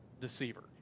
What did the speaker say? deceiver